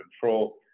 control